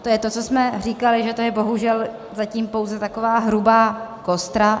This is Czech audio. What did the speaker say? To je to, co jsme říkali, že to je bohužel zatím pouze taková hrubá kostra.